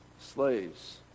Slaves